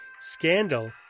scandal